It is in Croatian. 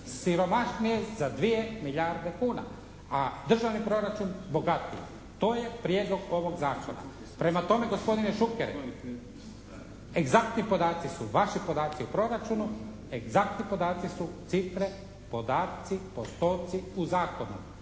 siromašnije su za 2 milijarde kuna. A državni proračun bogatiji. To je prijedlog ovog zakona. Prema tome gospodine Šukere, egzaktni podaci su vaši podaci o proračunu, egzaktni podaci su cifre, podaci, postoci u zakonu.